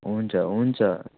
हुन्छ हुन्छ